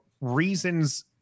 reasons